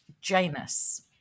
Janus